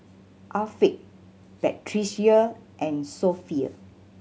Afiq Batrisya and Sofea